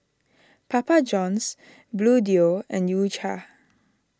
Papa Johns Bluedio and U Cha